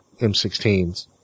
M16s